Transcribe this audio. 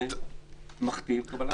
בסוף בסיס הנתונים הזה מכתיב קבלת החלטות.